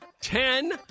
Ten